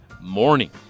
morning